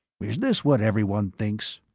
is this what everyone thinks?